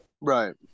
Right